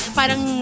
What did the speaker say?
parang